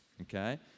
Okay